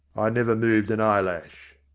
i never moved an eyelash.